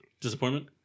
Disappointment